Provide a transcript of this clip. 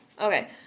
Okay